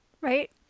right